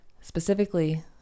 specifically